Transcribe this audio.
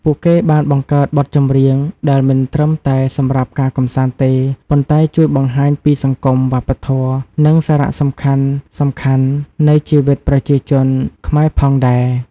ពួកគេបានបង្កើតបទចម្រៀងដែលមិនត្រឹមតែសម្រាប់ការកម្សាន្តទេ ប៉ុន្តែជួយបង្ហាញពី សង្គម, វប្បធម៌ និងសារសំខាន់ៗនៃជីវិតប្រជាជនខ្មែរផងដែរ។